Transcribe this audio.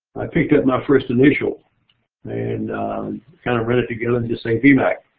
i picked up my first initial and kind of read it together and just said v. mac,